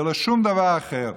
זה לא שום דבר אחר.